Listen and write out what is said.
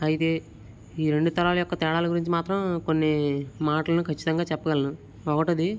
అయితే ఈ రెండు తరాల యొక్క తేడాల గురించి మాత్రం కొన్ని మాటలు ఖచ్చితంగా చెప్పగలను ఒకటవది